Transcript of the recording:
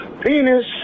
Penis